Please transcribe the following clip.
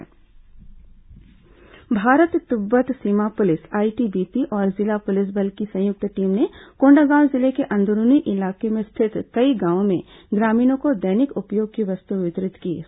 civic action कार्यक्रम भारत तिब्बत सीमा police ITBP और जिला पुलिस बल की संयुक्त टीम ने कोंडागांव जिले के अंदरूनी इलाकों में स्थित कई गांवों में ग्रामीणों को दैनिक उपयोग की वस्तुएं वितरित कीं